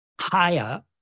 higher